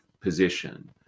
position